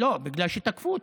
לא, בגלל שתקפו אותם.